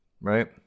right